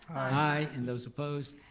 aye. and those opposed,